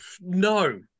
No